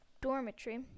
dormitory